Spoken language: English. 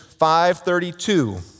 532